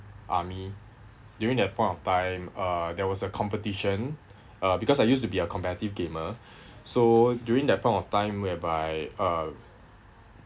army during that point of time uh there was a competition uh because I used to be a competitive gamer so during that point of time whereby uh